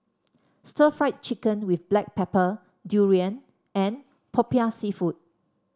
Stir Fried Chicken with Black Pepper durian and popiah seafood